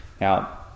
Now